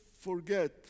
forget